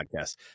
podcast